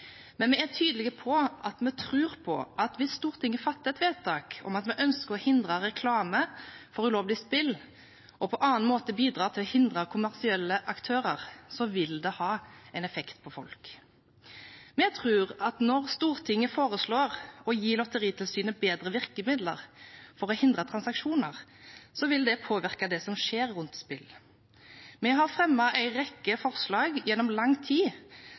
Men vi er tydelige på at vi tror på at hvis Stortinget fatter et vedtak om at vi ønsker å hindre reklame for ulovlige spill, og på annen måte bidra til å hindre kommersielle aktører, vil det ha en effekt på folk. Vi tror at når Stortinget foreslår å gi Lotteritilsynet bedre virkemidler for å hindre transaksjoner, vil det påvirke det som skjer rundt spillene. Vi har fremmet en rekke forslag gjennom lang tid